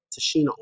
Tashina